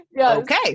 okay